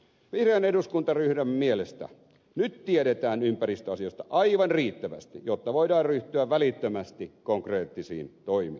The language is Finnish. vihreän eduskuntaryhmän mielestä nyt tiedetään ympäristöasioista aivan riittävästi jotta voidaan ryhtyä välittömästi konkreettisiin toimiin